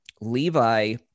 levi